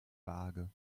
vage